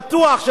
בטוח,